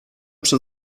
przy